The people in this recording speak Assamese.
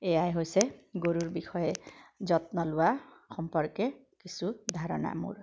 এয়াই হৈছে গৰুৰ বিষয়ে যত্ন লোৱা সম্পৰ্কে কিছু ধাৰণা মোৰ